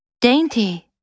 Dainty